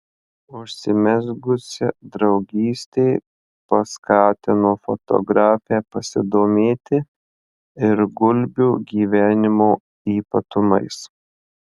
užsimezgusi draugystė paskatino fotografę pasidomėti ir gulbių gyvenimo ypatumais